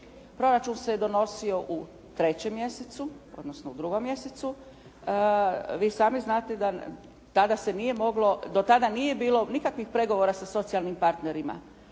Proračun se je donosio u 3. mjesecu, odnosno u 2. mjesecu. Vi sami znate, tada se nije moglo, do tada nije bilo nikakvih pregovora sa socijalnim partnerima,